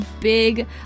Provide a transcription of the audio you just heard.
big